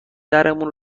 درمون